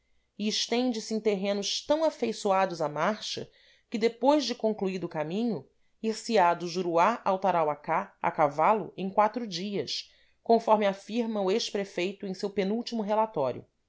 e estende-se em terrenos tão afeiçoados à marcha que depois de concluído o caminho ir se á do juruá ao tarauacá a cavalo em quatro dias conforme afirma o ex prefeito em seu penúltimo relatório